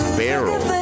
barrel